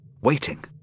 waiting